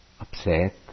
upset